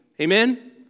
Amen